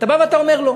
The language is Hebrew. אתה בא ואתה אומר לו: